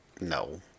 no